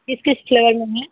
किस किस फ्लेवर में है